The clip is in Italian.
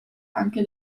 anche